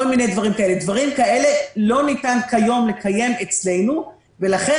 דברים כאלה לא ניתן כיום לקיים אצלנו ולכן,